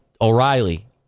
O'Reilly